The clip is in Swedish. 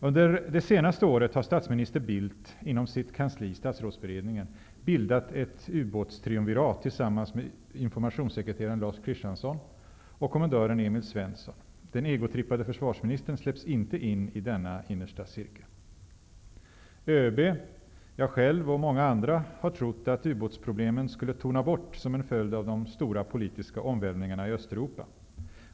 Under det senaste året har statsminister Bildt inom sitt kansli, statsrådsberedningen, bildat ett ubåtstriumvirat tillsammans med informationssekreteraren Lars Christiansson och kommendören Emil Svensson. Den egotrippade försvarsministern släpps inte in i denna innersta cirkel. ÖB, jag själv och många andra har trott att ubåtsproblemen skulle tona bort som en följd av de stora politiska omvälvningarna i Österuopa.